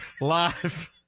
Live